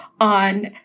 on